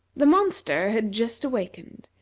the monster had just awakened,